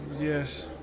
Yes